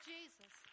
Jesus